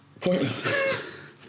Pointless